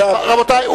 רבותי,